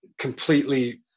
completely